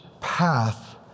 path